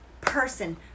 person